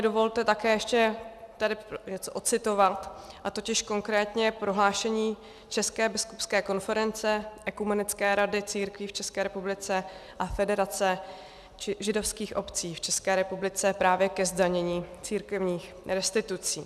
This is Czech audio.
Dovolte mi tady něco ocitovat, totiž konkrétně prohlášení České biskupské konference, Ekumenické rady církví v České republice a Federace židovských obcí v České republice právě ke zdanění církevních restitucí.